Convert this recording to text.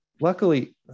luckily